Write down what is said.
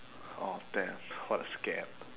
oh damn what a scam